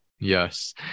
Yes